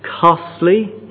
costly